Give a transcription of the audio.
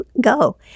go